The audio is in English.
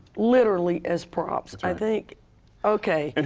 literally as props, i think okay and